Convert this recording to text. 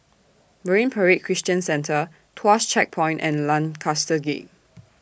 Marine Parade Christian Centre Tuas Checkpoint and Lancaster Gate